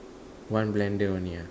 one blender only ya